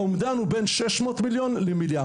האומדן הוא בין - 600 מיליון ל - מיליארד.